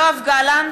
יואב גלנט,